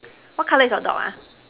what colour is your dog ah